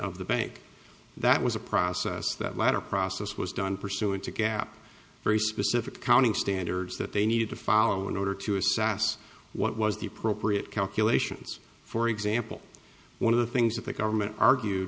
of the bank that was a process that latter process was done pursuant to gap very specific accounting standards that they needed to follow in order to assess what was the appropriate calculations for example one of the things that the government argued